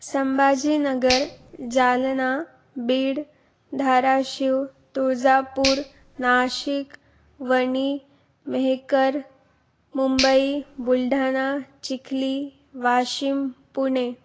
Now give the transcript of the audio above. Sambhajinagar Jalna Beed Dharashiv Tuljapur Nashik Vani Mehekar Mumbai Buldhana Chikhli Washim Pune